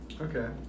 Okay